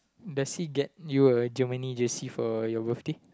does he get you a Germany jersey for your birthday